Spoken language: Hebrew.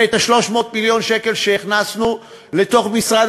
ואת 300 מיליון השקל שהכנסנו למשרד